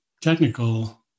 technical